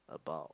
about